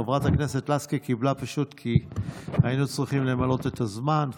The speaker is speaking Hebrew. חברת הכנסת לסקי קיבלה כי היינו צריכים למלא את הזמן.